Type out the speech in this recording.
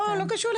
לא, לא קשור.